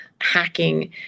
hacking